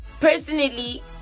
personally